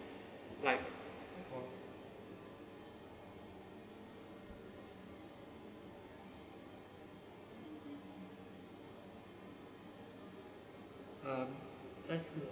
like um that's a